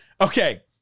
Okay